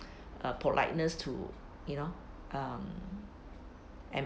uh politeness to you know um and